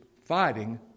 fighting